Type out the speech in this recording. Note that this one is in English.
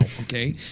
Okay